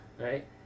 Right